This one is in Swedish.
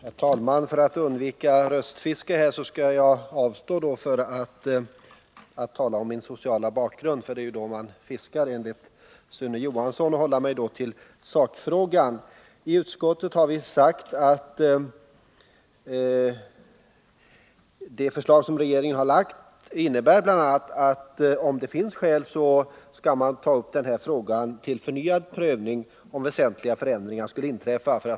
Herr talman! För att undvika röstfiske skall jag avstå från att tala om min sociala bakgrund — det är ju då man fiskar, enligt Sune Johansson — och hålla 79 mig till sakfrågan. I utskottet har vi sagt — med anknytning till propositionens ord — att det förslag som regeringen har lagt bl.a. innebär att man, om det finns skäl, skall ta upp den här frågan till förnyad prövning om väsentliga förändringar skulle inträffa.